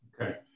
okay